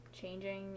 changing